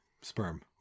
Sperm